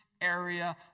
area